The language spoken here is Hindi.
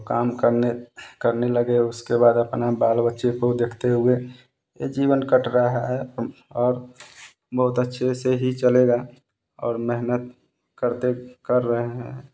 तो काम करने करने लगे उसके बाद अपना बाल बच्चे को देखते हुए जीवन कट रहा है अब और बहुत अच्छे से ही चलेगा और मेहनत करते कर रहे हैं